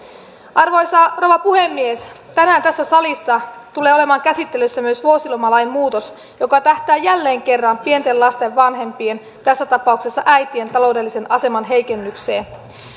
arvoisa rouva puhemies tänään tässä salissa tulee olemaan käsittelyssä myös vuosilomalainmuutos joka tähtää jälleen kerran pienten lasten vanhempien tässä tapauksessa äitien taloudellisen aseman heikennykseen